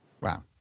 Wow